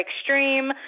extreme